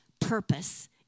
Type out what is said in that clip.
purpose